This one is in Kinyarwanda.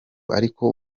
ariko